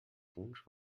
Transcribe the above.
wunsch